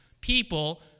people